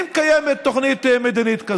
אם קיימת תוכנית מדינית כזו.